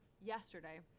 yesterday